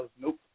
Nope